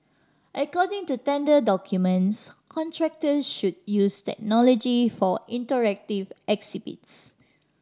according to tender documents contractor should use technology for interactive exhibits